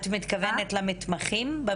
מתכוונת למתמחים?